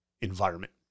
environment